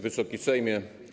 Wysoki Sejmie!